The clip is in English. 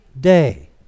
day